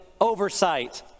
oversight